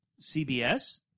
CBS